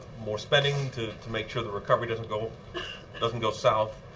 more spending to to make sure the recovery doesn't go doesn't go south,